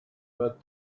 but